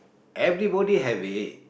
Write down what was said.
everybody have it